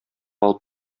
алып